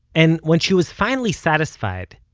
and when she was finally satisfied,